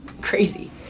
crazy